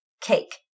Cake